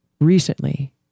recently